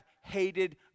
hated